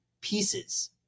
pieces